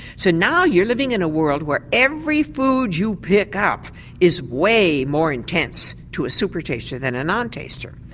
so now you're living in a world where every food you pick up is way more intense to a supertaster than to a non taster.